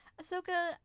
Ahsoka